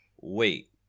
wait